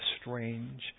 strange